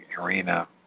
arena